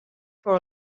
for